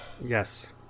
Yes